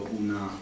una